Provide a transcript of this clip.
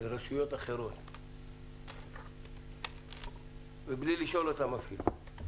לרשויות אחרות ואפילו בלי לשאול אותן.